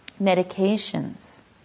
medications